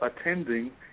attending